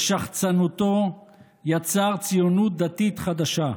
בשחצנותו יצר ציונות דתית חדשה,